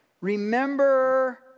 Remember